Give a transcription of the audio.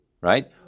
Right